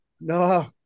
No